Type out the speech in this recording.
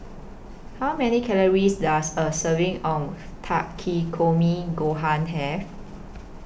How Many Calories Does A Serving of Takikomi Gohan Have